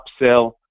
upsell